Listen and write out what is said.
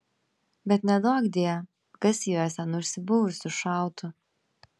bet neduokdie kas į juos ten užsibuvusius šautų